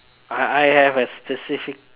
I I have a specific